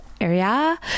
area